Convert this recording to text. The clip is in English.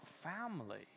family